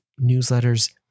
newsletters